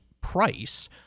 price